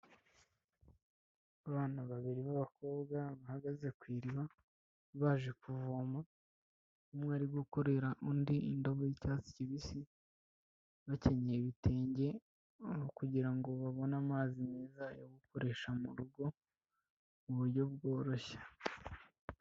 Abana babiri b'abakobwa bahagaze ku iriba baje kuvoma umwe ari gukorera undi indobo y'icyatsi kibisi bakenyeye ibitenge kugira babone amazi meza yo gukoresha mu rugo mu buryo bworoshye.